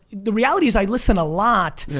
the reality is i listen a lot.